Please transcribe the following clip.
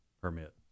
permit